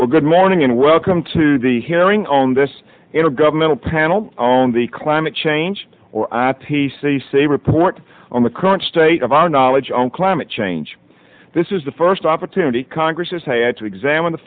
well good morning and welcome to the hearing on this intergovernmental panel on the climate change or at p c c report on the current state of our knowledge on climate change this is the first opportunity congress has had to examine the